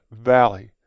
Valley